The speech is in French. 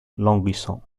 languissant